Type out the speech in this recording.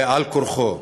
על-כורחו.